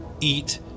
eat